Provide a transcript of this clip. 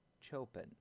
Chopin